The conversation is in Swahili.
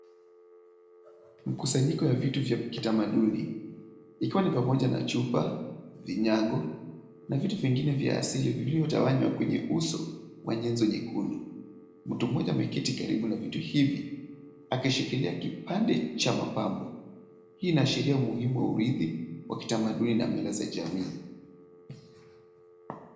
Mkusanyiko ya vitu vya kitamaduni ikiwa ni pamoja na chupa, vinyago na vitu vingine vya asili vilivyotawanywa kwenye uso wa nyenzo nyekundu. Mtu mmoja ameketi karibu na vitu hivi akishikilia kipande cha mapambo. Hii inaashiria umuhimu wa uridhi wa kitamaduni na mila za jamii.